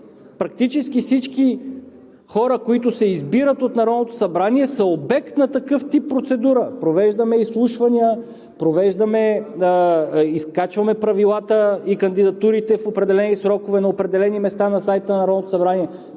практически всички хора, които се избират от Народното събрание, са обект на такъв тип процедура – провеждаме изслушвания, качваме правилата и кандидатурите в определени срокове на определени места на сайта на